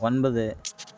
ஒன்பது